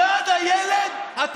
למה כשנולד הילד, מה זה קשור?